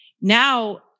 now